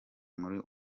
muri